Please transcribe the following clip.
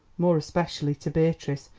more especially to beatrice,